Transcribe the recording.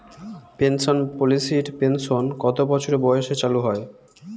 Pension পলিসির pension কত বছর বয়সে চালু হয়?